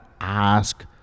ask